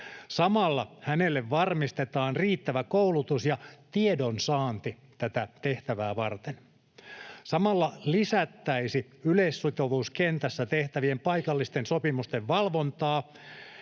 Samalla hänelle varmistetaan riittävä koulutus ja tiedonsaanti tätä tehtävää varten. Samalla lisättäisiin yleissitovuuskentässä tehtävien paikallisten sopimusten valvontaa.